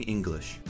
English 。